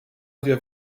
havia